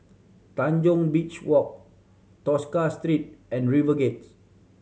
Tanjong Beach Walk Tosca Street and RiverGate